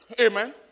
Amen